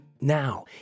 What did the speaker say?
Now